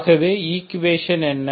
ஆகவே ஈக்குவெஷன் என்ன